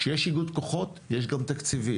כשיש איגוד כוחות יש גם תקציבים.